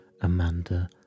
Amanda